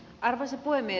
arvoisa puhemies